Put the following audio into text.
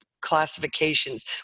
classifications